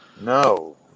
No